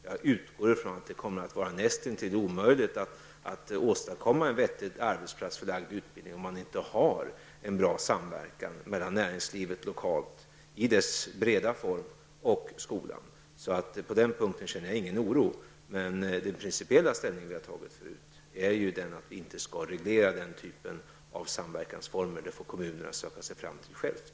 Jag utgår från att det kommer att vara nästintill omöjligt att åstadkomma en vettig arbetsplatsförlagd utbildning om man inte har en bra samverkan mellan näringslivet lokalt i dess breda form och skolan. På den punkten känner jag ingen oro. Principiellt har vi dock tidigare intagit den ståndpunkten att vi inte skall reglera denna typ av samverkansformer. Kommunerna får själva söka sig fram.